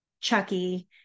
Chucky